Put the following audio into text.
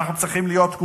אנחנו צריכים, כולנו,